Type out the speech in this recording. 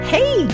Hey